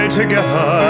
together